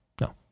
no